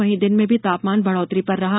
वहीं दिन में भी तापमान बढ़ोतरी पर रहा